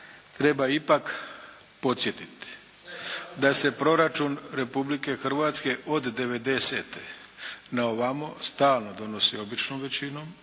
treba ipak podsjetiti, da se proračun Republike Hrvatske od '90. na ovamo stalno donosi običnom većinom